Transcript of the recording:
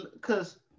Cause